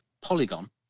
Polygon